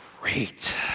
Great